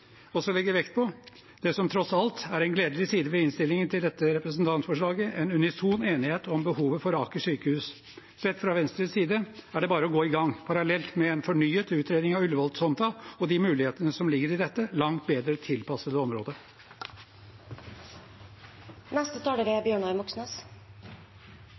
vekt på det som tross alt er en gledelig side ved innstillingen til dette representantforslaget: En unison enighet om behovet for Aker sykehus. Sett fra Venstres side er det bare å gå i gang – parallelt med en fornyet utredning av Ullevål-tomten og de mulighetene som ligger i dette langt bedre tilpassede området. Bent Høie og helsebyråkratenes plan er